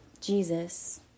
Jesus